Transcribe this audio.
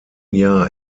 jahr